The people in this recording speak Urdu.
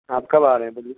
کب آ رہے ہیں دہلی